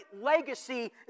legacy